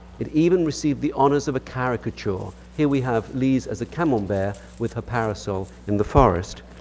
it even received the honors of a caricature. here we have lise as a camon pear with her parasol in the forest.